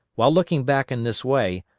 while looking back in this way,